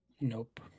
Nope